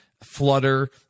Flutter